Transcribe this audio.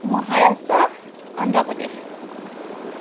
Maharashtra Andhra Pradesh